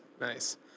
Nice